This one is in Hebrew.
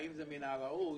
האם זה מן הראוי